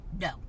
no